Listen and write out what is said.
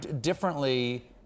differently